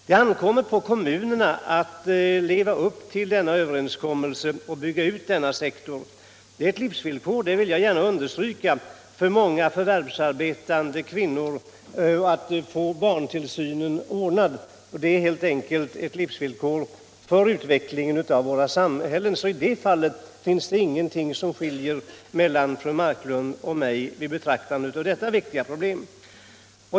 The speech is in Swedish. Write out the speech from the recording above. Det ankommer på kommunerna att leva upp tll denna överenskommelse och att bygga ut denna sektor. Att få barntillsynen ordnad är helt enkelt ett livsvillkor för många förvärvsarbetande kvinnor — det vill jag gärna understryka - och det ir ett livsvillkor även för utvecklingen av våra samhälten, så I det fallet finns det ingenting som skiljer fru Marklund och mig i betraktandet av detta viktiga problem.